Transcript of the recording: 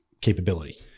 capability